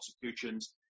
prosecutions